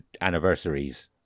anniversaries